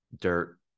dirt